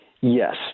Yes